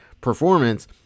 performance